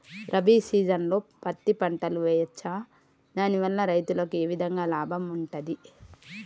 రబీ సీజన్లో పత్తి పంటలు వేయచ్చా దాని వల్ల రైతులకు ఏ విధంగా లాభం ఉంటది?